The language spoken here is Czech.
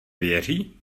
věří